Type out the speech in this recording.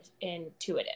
intuitive